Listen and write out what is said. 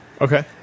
Okay